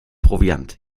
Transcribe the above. proviant